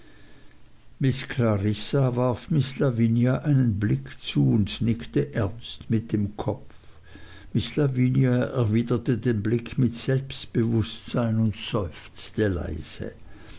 miß lavinia einen blick zu und nickte ernst mit dem kopf miß lavinia erwiderte den blick mit selbstbewußtsein und seufzte leise